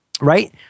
Right